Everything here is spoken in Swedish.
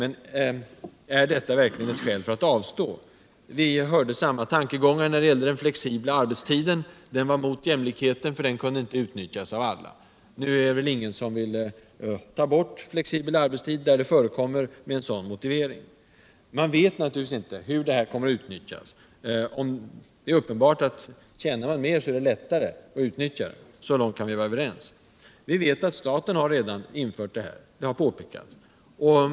Men är detta verkligen ett skäl för att avstå? Vihörde samma tankegångar när det gällde den flexibla arbetstiden. Den gick emot jämlikhetssträvandena, eftersom den inte kunde utnyttjas av alla. Nu är det väl ingen som med en sådan motivering vill avskaffa den flexibla arbetstiden där den förekommer. Vi vet naturligtvis inte hur den här rätten kommer att utnyttjas. Det är uppenbart att den som tjänar mer har lättare att utnyttja den — så långt kan vi vara överens. Det har redan påpekats att de statligt anställda har den föreslagna möjligheten.